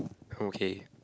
okay